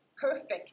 perfect